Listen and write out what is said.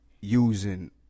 using